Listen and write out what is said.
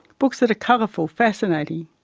books that are colourful, fascinating.